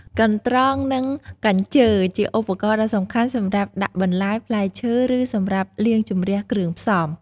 កន្ត្រង និងកញ្ជើ ជាឧបករណ៍ដ៏សំខាន់សម្រាប់ដាក់បន្លែ ផ្លែឈើ ឬសម្រាប់លាងជម្រះគ្រឿងផ្សំ។